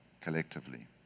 collectively